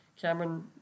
Cameron